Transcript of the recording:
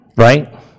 right